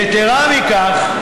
יתרה מכך,